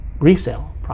resale